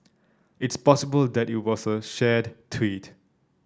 it's possible that it was a shared tweet